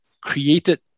created